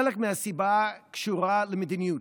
חלק מהסיבה קשור למדיניות.